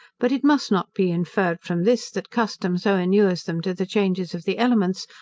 but it must not be inferred from this, that custom so inures them to the changes of the elements,